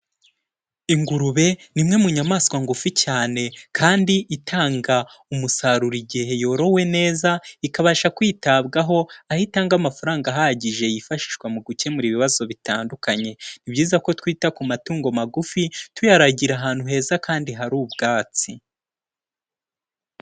Ingurube ni imwe mu nyamaswa ngufi cyane kandi itanga umusaruro igihe yorowe neza, ikabasha kwitabwaho aho itanga amafaranga ahagije yifashishwa mu gukemura ibibazo bitandukanye, ni byiza ko twita ku matungo magufi, tuyaragira ahantu heza kandi hari ubwatsi.